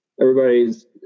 everybody's